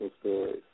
stories